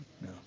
no